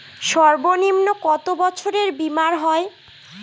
সর্বনিম্ন কত বছরের বীমার হয়?